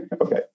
Okay